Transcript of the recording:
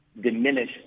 diminish